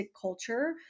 culture